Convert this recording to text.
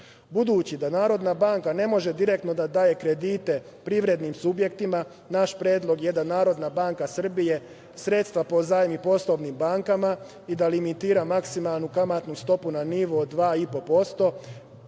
Budući da NBS ne može direktno da daje kredite privrednim subjektima, naš predlog je da NBS sredstva pozajmi poslovnim bankama i da limitira maksimalnu kamatnu stopu na nivou 2,5%